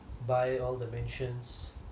buy all the mansions